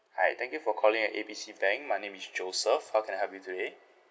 hi thank you for calling at A B C bank my name is joseph how can I help you today